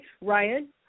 Ryan